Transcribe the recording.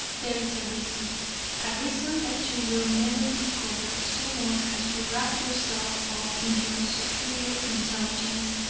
there is a reason a reason that you will never discover so long as you wrap yourself up in your superior intelligence,